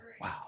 wow